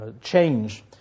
change